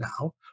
now